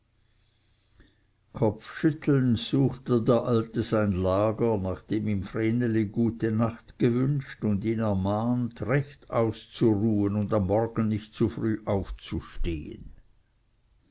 kopfschüttelnd suchte der alte sein lager nachdem ihm vreneli gute nacht gewünscht und ihn ermahnt recht auszuruhen und am morgen nicht zu früh aufzustehen